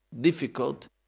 difficult